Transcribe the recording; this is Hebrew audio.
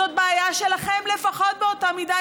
זאת בעיה שלכם לפחות באותה מידה,